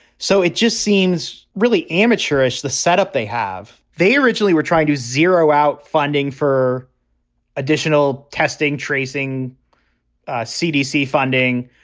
so it just seems really amateurish, the setup they have. they originally were trying to zero out funding for additional testing, tracing cdc funding,